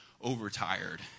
overtired